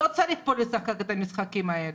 לא צריך פה לשחק את המשחקים האלה.